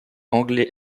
anglais